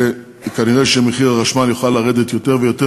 שכנראה מחיר החשמל יוכל לרדת יותר ויותר